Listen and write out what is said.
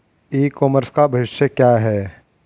ई commerce का भविष्य क्या है?